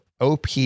OP